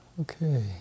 Okay